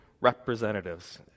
representatives